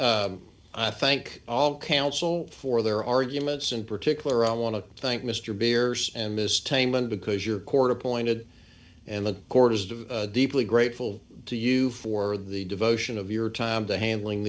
well i thank all counsel for their arguments in particular i want to thank mr beers and miss taman because your court appointed and the court as of deeply grateful to you for the devotion of your time to handling